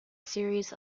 series